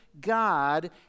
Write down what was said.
God